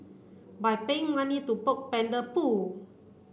by paying money to poke panda poo